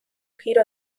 giro